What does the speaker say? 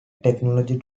technology